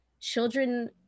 children